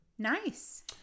nice